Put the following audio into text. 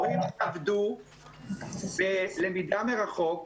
זה למידה מרחוק,